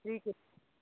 ठीक है ओके